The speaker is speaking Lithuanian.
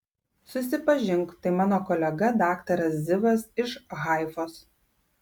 susipažink tai mano kolega daktaras zivas iš haifos